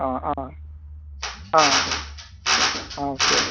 आं आं आं आं आं ओके ओके